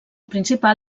principal